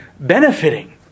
Benefiting